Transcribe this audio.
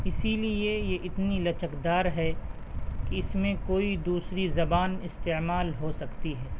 اسی لیے یہ اتنی لچکدار ہے کہ اس میں کوئی دوسری زبان استعمال ہو سکتی ہے